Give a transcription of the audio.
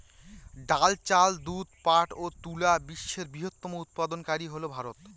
ডাল, চাল, দুধ, পাট এবং তুলা বিশ্বের বৃহত্তম উৎপাদনকারী হল ভারত